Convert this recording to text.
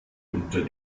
unter